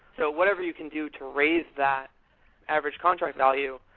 so whatever you can do to raise that average contract value,